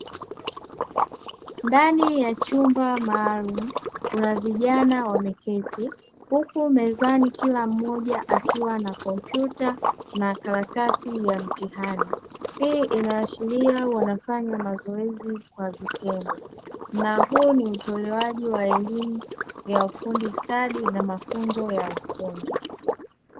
Ndani ya chumba maalumu kuna vijana wameketi huku mezani kila mmoja akiwa na kompyuta na karatasi ya mtihani. Hii inaashiria wanafanya mazoezi kwa vitendo na huu ni utolewaji wa elimu ya ufundi stadi na mafunzo ya ufundi.